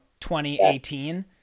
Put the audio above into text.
2018